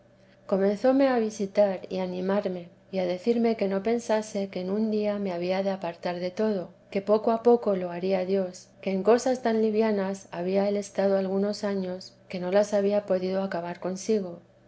yo comenzóme a visitar y animarme y a decirme que no pensase que en un día me había de apartar de todo que poco a poco lo haría dios que en cosas bien livianas había él estado algunos años que no las había podido acabar consigo